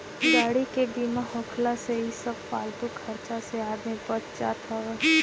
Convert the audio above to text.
गाड़ी के बीमा होखला से इ सब फालतू खर्चा से आदमी बच जात हअ